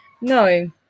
No